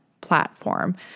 platform